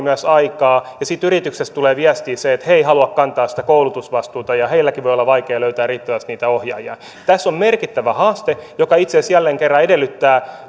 myös aikaa ja sitten yrityksestä tulee viestiä että he eivät halua kantaa sitä koulutusvastuuta ja heilläkin voi olla vaikeaa löytää riittävästi niitä ohjaajia tässä on merkittävä haaste joka itse asiassa jälleen kerran edellyttää